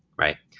right?